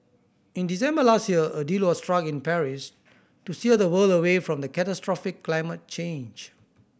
in December last year a deal was struck in Paris to steer the world away from catastrophic climate change